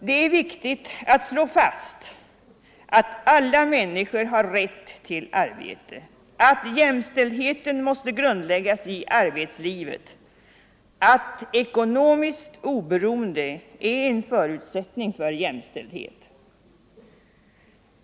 Det är viktigt att slå fast att alla människor har rätt till arbete, att jämställdheten måste grundläggas i arbetslivet, att ekonomiskt oberoende är en förutsättning för jämställdhet.